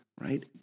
right